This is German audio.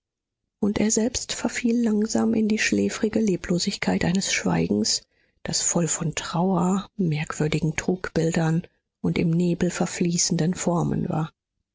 und er selbst verfiel langsam in die schläfrige leblosigkeit eines schweigens das voll von trauer merkwürdigen trugbildern und im nebel verfließenden formen war